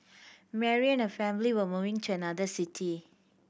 Mary and her family were moving to another city